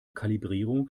kalibrierung